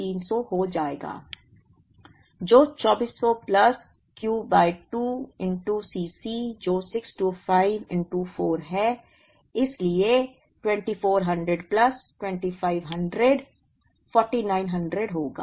जो 2400 plus Q by 2 Cc जो 625 4 है इसलिए 2400 प्लस 2500 4900 होगा